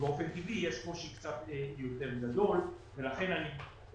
באופן טבעי כאן יש יותר גדול ולכן כל